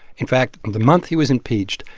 in fact, on the month he was impeached,